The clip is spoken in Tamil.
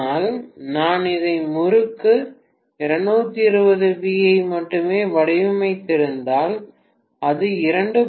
ஆனால் நான் இந்த முறுக்கு 220 V ஐ மட்டுமே வடிவமைத்திருந்தால் அது 2